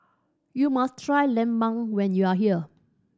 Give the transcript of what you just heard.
you must try lemang when you are here